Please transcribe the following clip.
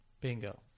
Bingo